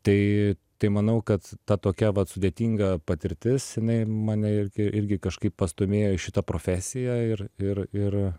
tai tai manau kad ta tokia vat sudėtinga patirtis jinai mane irgi irgi kažkaip pastūmėjo į šitą profesiją ir ir ir